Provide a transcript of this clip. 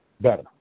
better